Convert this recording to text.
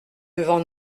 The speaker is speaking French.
devant